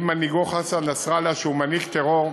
עם מנהיגו חסן נסראללה, שהוא מנהיג טרור.